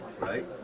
Right